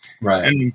Right